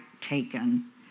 taken